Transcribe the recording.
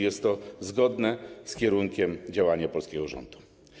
Jest to zgodne z kierunkiem działania polskiego rządu.